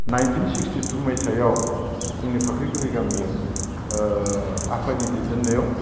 nineteen sixty two माइथायाव जोंनि फाख्रिगुरि गामियाव आफानि दैदेननायाव